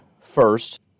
first